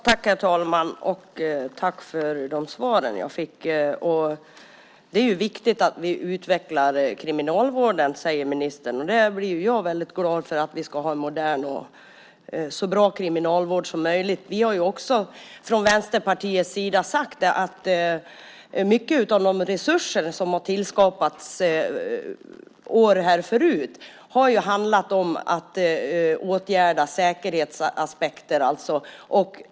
Herr talman! Tack för de svar jag fick, justitieministern! Det är viktigt att vi utvecklar kriminalvården, säger ministern. Jag blir glad för det; vi ska ha en så modern och bra kriminalvård som möjligt. Vi från Vänsterpartiets sida har också sagt att mycket av de resurser som har tillskapats under åren har handlat om att åtgärda säkerhetsaspekter.